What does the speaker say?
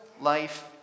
life